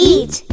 Eat